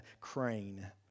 Crane